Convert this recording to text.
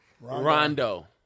Rondo